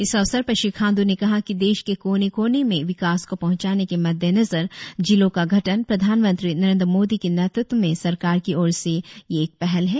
इस अवसर पर श्री खांडू ने कहा कि देश के कोने कोने में विकास को पहुचाने के मद्देनजर जिलों का गठन प्रधानमंत्री नरेंद्र मोदी की नेतृत्व में सरकार की ओर से एक पहल है